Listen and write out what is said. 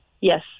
Yes